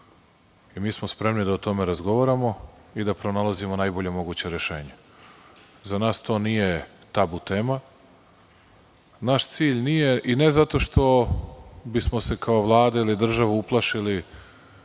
Mi smo spremni da o tome razgovaramo i da pronalazimo najbolja moguća rešenja. Za nas to nije tabu tema, naš cilj nije, i ne zato što, bismo se kao Vlada ili država uplašili